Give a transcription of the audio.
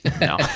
no